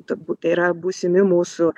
turbūt tai yra būsimi mūsų